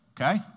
okay